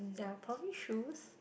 ya probably shoes